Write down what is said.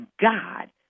God